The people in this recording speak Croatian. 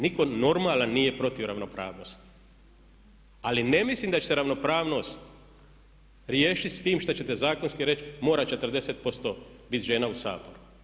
Nitko normalan nije protiv ravnopravnosti ali ne mislim da će se ravnopravnost riješiti sa time što ćete zakonski reći, mora 40% biti žena u Saboru.